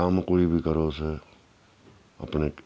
कम्म कोई बी करो तुस अपने